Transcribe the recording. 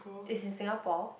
is in Singapore